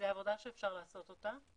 זו עבודה שאפשר לעשות אותה.